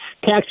tax